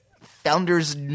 founders